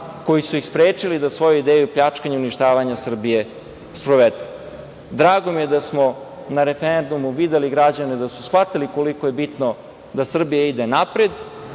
koji su ih sprečili da svoju ideju pljačkanja i uništavanja Srbije sprovedu. Drago mi je da smo na referendumu videli građane da su shvatili koliko je bitno da Srbija ide napred,